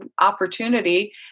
opportunity